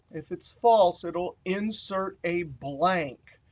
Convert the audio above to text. if it's false, it'll insert a blank.